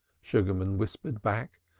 sugarman whispered back.